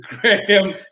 Graham